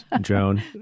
Joan